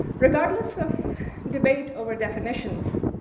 regardless of debate over definitions,